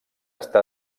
està